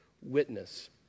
witness